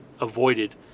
avoided